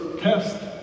test